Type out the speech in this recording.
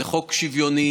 זה חוק שוויוני,